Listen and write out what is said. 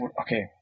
Okay